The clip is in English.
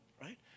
right